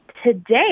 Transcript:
Today